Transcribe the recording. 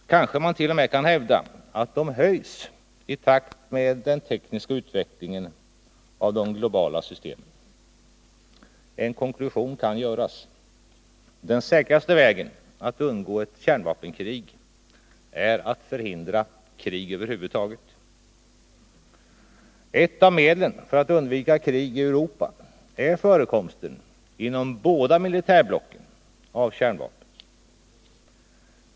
Kanske man t.o.m. kan hävda att de höjs i takt med den tekniska utvecklingen av de globala systemen. En konklusion kan göras. Den säkraste vägen att undgå ett kärnvapenkrig är att förhindra ett krig över huvud taget. Ett av medlen för att undvika krig i Europa är förekomsten inom båda militärblocken av kärnvapen.